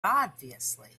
obviously